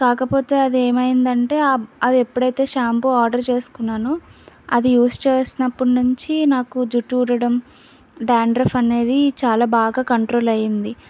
కాకపోతే అది ఏమైందంటే అది ఎప్పుడైతే ఆర్డర్ చేసుకున్నాను అది యూజ్ చేస్తునప్పటి నుంచి నాకు జుట్టు ఊడటం డాండ్రఫ్ అనేది చాలా బాగా కంట్రోల్ అయింది